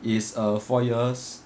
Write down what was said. is err four years